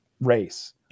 race